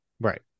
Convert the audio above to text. right